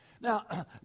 Now